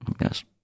Yes